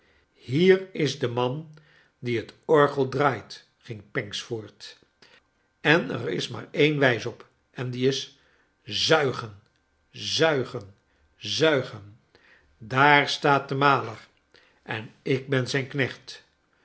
hier is de man die het orgel draait i ging pancks voort en er is maar een wijs op en die is zuigen zuigen zuigen daar staat de maler en ik ben zijn knecht